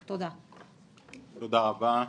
תודה רבה.